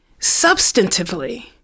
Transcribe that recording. substantively